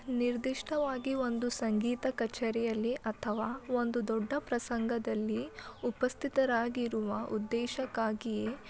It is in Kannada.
ನಿರ್ದಿಷ್ಟವಾಗಿ ಒಂದು ಸಂಗೀತ ಕಚೇರಿಯಲ್ಲಿ ಅಥವಾ ಒಂದು ದೊಡ್ಡ ಪ್ರಸಂಗದಲ್ಲಿ ಉಪಸ್ಥಿತರಾಗಿರುವ ಉದ್ದೇಶಕ್ಕಾಗಿಯೇ